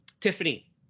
Tiffany